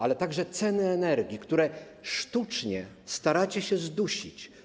Ale także ceny energii, które sztucznie staracie się zdusić.